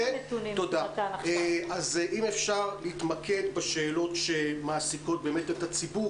אם אפשר, להתמקד בשאלות שמעסיקות את הציבור.